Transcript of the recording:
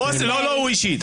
לא הוא אישית.